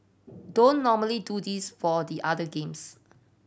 don't normally do this for the other games